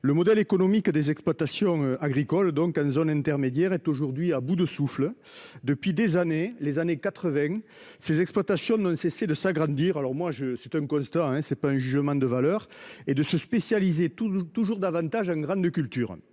Le modèle économique des exploitations agricoles, donc en zone intermédiaire est aujourd'hui à bout de souffle depuis des années, les années 80. Ces exploitations ne cesser de s'agrandir. Alors moi je, c'est un constat hein c'est pas un jugement de valeur et de se spécialiser tout toujours davantage un gramme de culture